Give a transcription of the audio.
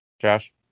Josh